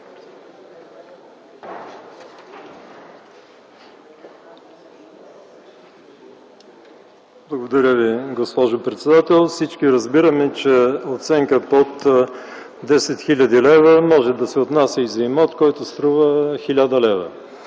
Благодаря Ви, госпожо председател. Всички разбираме, че оценка под 10 000 лв., може да се отнася и за имот, който струва 1000 лв.